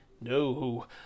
no